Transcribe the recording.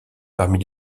parmi